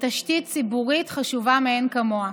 בתשתית ציבורית חשובה מאין כמוה.